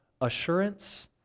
assurance